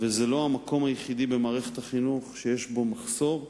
וזה לא המקום היחידי במערכת החינוך שיש בו מחסור.